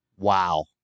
wow